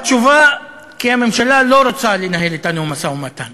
התשובה: כי הממשלה לא רוצה לנהל אתנו משא-ומתן